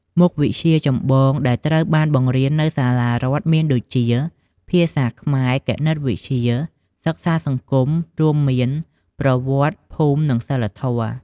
មុខវិជ្ជាចម្បងដែលត្រូវបានបង្រៀននៅសាលារដ្ឋមានដូចជា ភាសាខ្មែរ គណិតវិទ្យា សិក្សាសង្គមរួមមាន ប្រវត្តិ ភូមិ និងសីលធម៌។